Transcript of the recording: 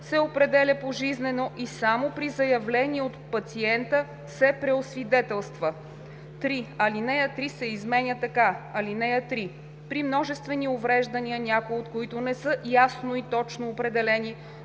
се определя пожизнено и само при заявление от пациента се преосвидетелства.“ 3. Алинея 3 се изменя така: „(3) При множествени увреждания, някои от които не са ясно и точно определени,